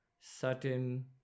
certain